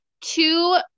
two